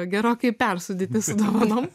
gerokai persūdyti su dovanom